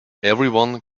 everyone